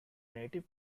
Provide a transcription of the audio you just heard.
native